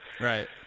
Right